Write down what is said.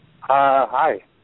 Hi